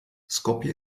skopje